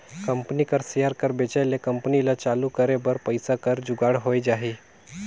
company कर share कर बेंचाए ले कंपनी ल चालू करे बर पइसा कर जुगाड़ होए जाही